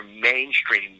mainstream